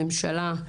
הממשלה,